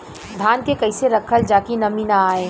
धान के कइसे रखल जाकि नमी न आए?